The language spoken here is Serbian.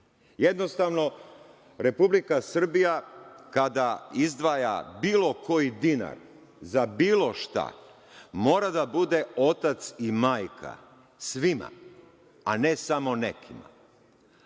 Jednostavno, Republika Srbija, kada izdvaja bilo koji dinar za bilo šta, mora da bude otac i majka svima, a ne samo nekima.S